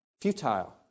Futile